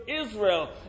Israel